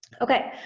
okay,